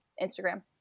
Instagram